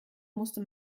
musste